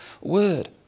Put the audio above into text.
word